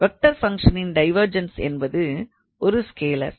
vector ஃபங்க்ஷனின் divergence என்பது ஒரு ஸ்கேலார்